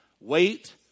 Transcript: Wait